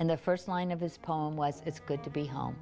and the first line of his poem was it's good to be home